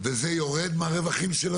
וזה יורד מהרווחים,